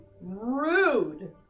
Rude